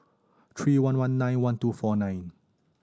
three one one nine one two four nine